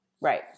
Right